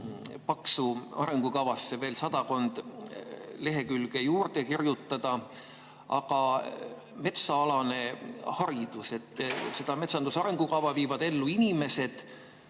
paksu arengukavasse veel sadakonda lehekülge juurde kirjutada. Aga metsaalane haridus. Seda metsanduse arengukava viivad ellu inimesed,